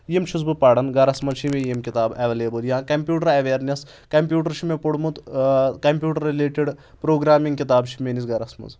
یِم چھُس بہٕ پران گَرَس منٛز چھِ مےٚ یِم کِتاب ایٚولیبٕل یا کَمپیوٗٹر ایویرنؠس کَمپیوٗٹر چھُ مےٚ پوٚرمُت کَمپیوٗٹر رِلیٹِڈ پروگرامِنٛگ کِتاب چھِ میٲنِس گَرَس منٛز